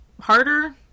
Harder